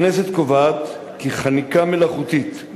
הכנסת קובעת כי חניקה מלאכותית,